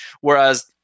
Whereas